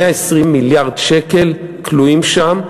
120 מיליארד שקל כלואים שם,